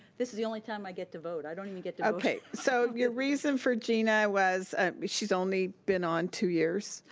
this is the only time i get to vote. i don't even get to vote. so, your reason for jeana was she's only been on two years?